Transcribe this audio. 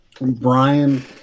Brian